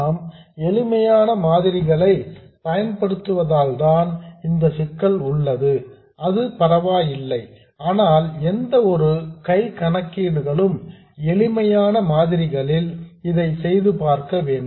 நாம் எளிமையான மாதிரிகளை பயன்படுத்துவதால்தான் இந்த சிக்கல் உள்ளது அது பரவாயில்லை ஆனால் எந்த ஒரு கை கணக்கீடுகளும் எளிமையான மாதிரிகளில் இதை செய்து பார்க்கவேண்டும்